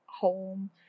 home